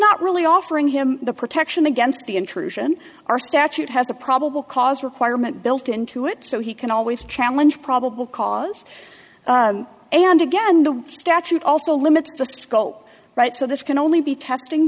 not really offering him the protection against the intrusion our statute has a probable cause requirement built into it so he can always challenge probable cause and again the statute also limits the scope right so this can only be testing